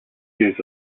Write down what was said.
jews